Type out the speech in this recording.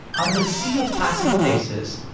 out of a sea of passing faces,